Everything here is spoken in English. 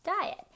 diet